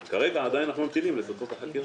אנחנו רק אתמול הגענו למצב --- כמה בתים נשרפו בקיבוץ